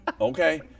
okay